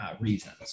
reasons